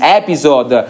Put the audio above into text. episode